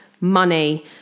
money